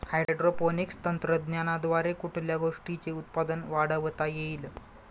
Hydroponics तंत्रज्ञानाद्वारे कुठल्या गोष्टीचे उत्पादन वाढवता येईल?